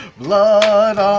blood